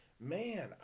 Man